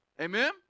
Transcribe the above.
Amen